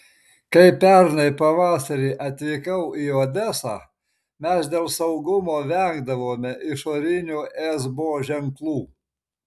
kai pernai pavasarį atvykau į odesą mes dėl saugumo vengdavome išorinių esbo ženklų